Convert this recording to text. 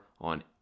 on